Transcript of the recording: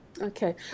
Okay